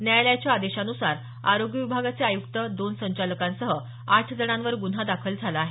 न्यायालयाच्या आदेशानुसार आरोग्य विभागाचे आयुक्त दोन संचालकांसह आठ जणांवर गुन्हा दाखल झाला आहे